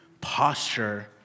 posture